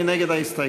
מי נגד ההסתייגות?